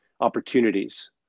opportunities